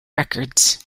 records